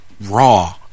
raw